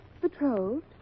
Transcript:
Betrothed